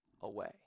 away